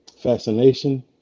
fascination